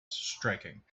striking